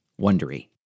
Wondery